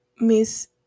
Miss